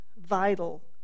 vital